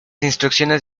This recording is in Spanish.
instrucciones